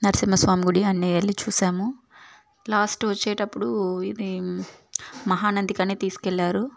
నరసింహస్వామి గుడి అన్ని వెళ్లి చూశాము లాస్ట్ వచ్చేటప్పుడు ఇదీ మహానంది కని తీసుకెళ్లారు